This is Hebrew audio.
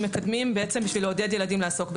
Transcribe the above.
מקדמים בשביל לעודד ילדים לעסוק בספורט.